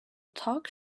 talk